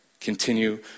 Continue